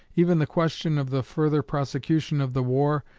even the question of the further prosecution of the war,